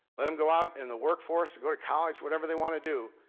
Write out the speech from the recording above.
let em go out in the workforce, go to college, whatever they want to do,